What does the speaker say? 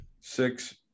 six